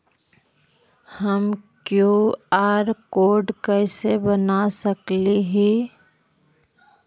हम QR code कैसे बना सकली ही?